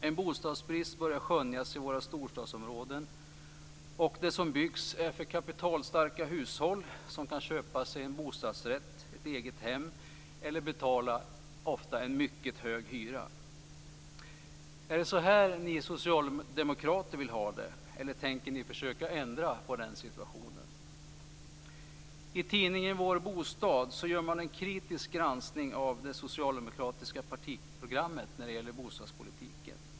En bostadsbrist börjar skönjas i våra storstadsområden, och det som byggs är avsett för kapitalstarka hushåll som kan köpa sig en bostadsrätt eller ett eget hus eller som kan betala en ofta mycket hög hyra. Är det så här ni socialdemokrater vill ha det, eller tänker ni försöka ändra på situationen? I tidningen Vår bostad gör man en kritisk granskning av det socialdemokratiska partiprogrammet när det gäller bostadspolitiken.